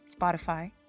Spotify